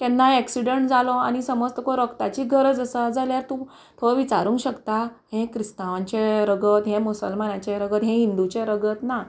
केन्नाय एक्सिडंट जालो आनी समज तुका रगताची गरज आसा जाल्यार तूं थंय विचारूंक शकता हें क्रिस्तांवांचें रगत हें मुसलमानाचें रगत हें हिंदूचें रगत ना